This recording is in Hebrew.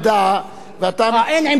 מותר לי לעלות מפה גם אם אין עמדה.